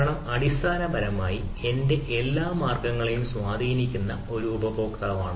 കാരണം അടിസ്ഥാനപരമായി എന്റെ എല്ലാ മാർഗങ്ങളെയും സ്വാധീനിക്കുന്ന ഒരു ഉപഭോക്താവാണ്